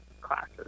classes